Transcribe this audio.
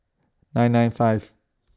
nine nine five